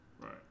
Right